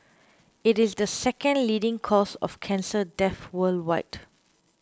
it is the second leading cause of cancer death worldwide